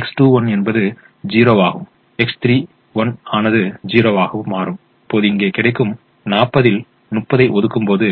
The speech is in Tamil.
X21 0 ஆகவும் X31 ஆனது 0 ஆகவும் மாறும் இப்போது இங்கே கிடைக்கும் 40 இல் 30 ஐ ஒதுக்கும்போது